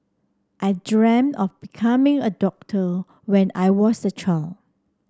I dreamt of becoming a doctor when I was a child